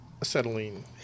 acetylene